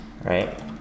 right